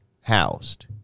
housed